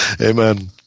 Amen